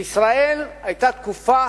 בישראל היתה תקופה,